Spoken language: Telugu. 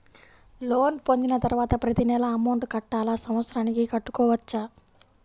లోన్ పొందిన తరువాత ప్రతి నెల అమౌంట్ కట్టాలా? సంవత్సరానికి కట్టుకోవచ్చా?